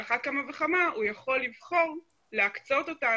על אחת כמה וכמה הוא יכול לבחור להקצות אותן